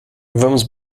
vamos